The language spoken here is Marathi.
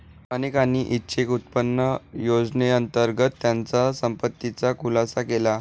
अनेकांनी ऐच्छिक उत्पन्न योजनेअंतर्गत त्यांच्या संपत्तीचा खुलासा केला